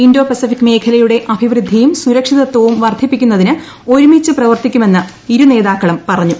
Indo Pacific മേഖലയുടെ അഭിവൃദ്ധിയും സുരക്ഷിതത്വവും വർദ്ധിപ്പിക്കുന്നതിന് ഒരുമിച്ച് പ്രവർത്തിക്കുമെന്ന് ഇരു നേതാക്കളും പറഞ്ഞു